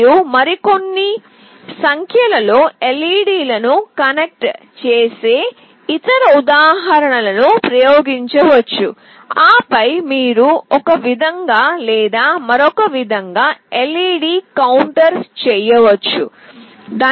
మీరు మరికొన్ని సంఖ్యలో LED లను కనెక్ట్ చేసే ఇతర ఉదాహరణలను ప్రయత్నించవచ్చు ఆపై మీరు ఒక విధంగా లేదా మరొక విధంగా LED కౌంటర్ చేయవచ్చు Thank you